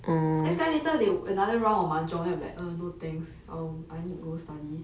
then sekali later they another round of mahjong then I'm like uh no thanks um I need to go study